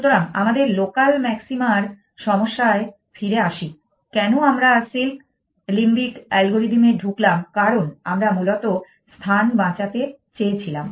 সুতরাং আমাদের লোকাল ম্যাক্সিমার সমস্যায় ফিরে আসি কেন আমরা সিল্ক লিম্বিক অ্যালগোরিদম এ ঢুকলাম কারণ আমরা মূলত স্থান বাঁচাতে চেয়েছিলাম